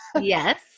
Yes